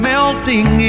Melting